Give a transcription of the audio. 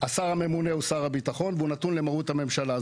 השר הממונה הוא שר הביטחון והוא נתון למרות הממשלה.